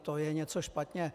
To je něco špatně.